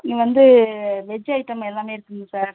இங்கே வந்து veg item எல்லாமே இருக்குங்க சார்